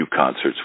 concerts